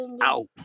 out